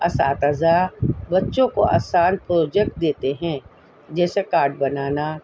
اساتذہ بچوں کو آسان پروجیکٹ دیتے ہیں جیسے کارڈ بنانا